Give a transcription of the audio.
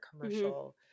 commercial